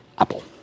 Apple